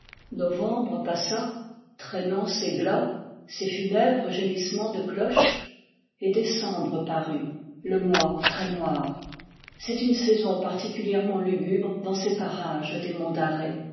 novembre passa traînant ses glas ses funèbres gémissements de cloches et décembre parut le mois très noir c'est une saison particulièrement lugubre dans ces parages des monts